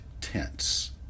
tense